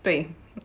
对